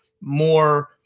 more